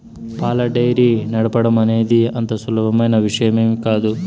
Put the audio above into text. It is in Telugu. పాల డెయిరీ నడపటం అనేది అంత సులువైన విషయమేమీ కాదు